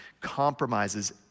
compromises